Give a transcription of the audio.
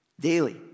Daily